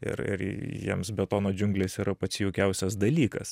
ir ir jiems betono džiunglės yra pats jaukiausias dalykas